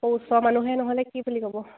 অঁ ওচৰ মানুহে নহ'লে কি বুলি ক'ব